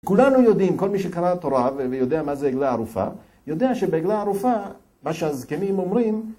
כולנו יודעים, כל מי שקרא תורה, ויודע מה זה עגלה ערופה, יודע שבעגלה ערופה מה שהזקנים אומרים